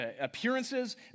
appearances